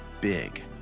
big